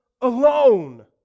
alone